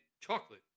chocolate